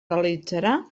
realitzarà